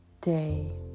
Day